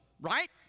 right